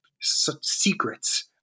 secrets